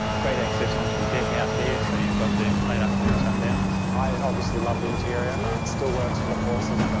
great access onto the deck out there, so you've got the late afternoon sundowners. i obviously love the interior. it still works with the horses, though,